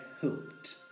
hoped